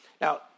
Now